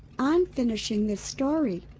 i'm finishing this story.